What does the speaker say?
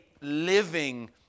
living